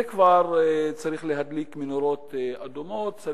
זה כבר צריך להדליק מנורות אדומות.